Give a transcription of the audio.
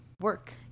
work